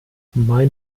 mein